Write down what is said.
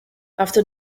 after